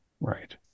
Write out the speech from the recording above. right